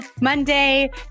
Monday